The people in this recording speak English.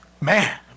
Man